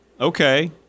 okay